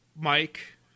Mike